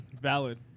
Valid